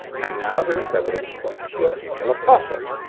and now, there is evidence pointing to a female apostle.